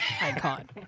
icon